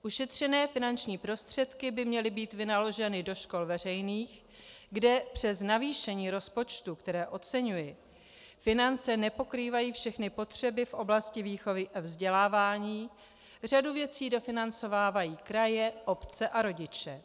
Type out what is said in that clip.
Ušetřené finanční prostředky by měly být vynaloženy do škol veřejných, kde přes navýšení rozpočtu, které oceňuji, finance nepokrývají všechny potřeby v oblasti výchovy a vzdělávání, řadu věcí dofinancovávají kraje, obce a rodiče.